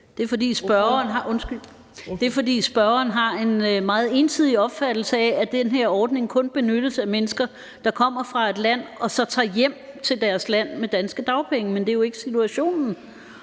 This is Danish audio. Det er, fordi spørgeren har en meget ensidig opfattelse af, at den her ordning kun benyttes af mennesker, der kommer fra et land for så at tage hjem til deres land med danske dagpenge. Men det er jo ikke situationen,